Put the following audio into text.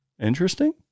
Interesting